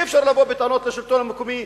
אי-אפשר לבוא בטענות לשלטון המקומי,